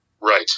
Right